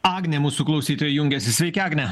agnė mūsų klausytoja jungiasi sveiki agne